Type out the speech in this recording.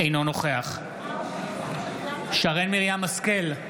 אינו נוכח שרן מרים השכל,